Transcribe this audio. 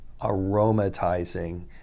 aromatizing